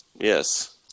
Yes